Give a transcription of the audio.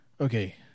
okay